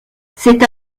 cette